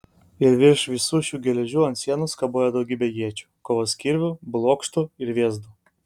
ir virš visų šių geležių ant sienos kabojo daugybė iečių kovos kirvių blokštų ir vėzdų